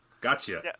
gotcha